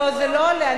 לא, זה לא עולה.